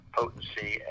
potency